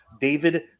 David